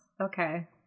okay